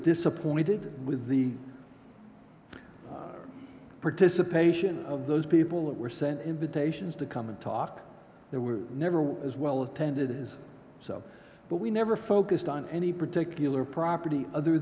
disappointed with the participation of those people that were sent invitations to come and talk there were never were as well attended is so but we never focused on any particular property other